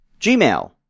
Gmail